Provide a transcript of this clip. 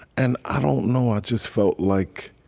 and i don't know, i just felt like